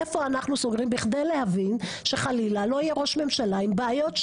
איפה אנחנו סוגרים בכדי להבין שחלילה לא יהיה ראש ממשלה עם בעיות,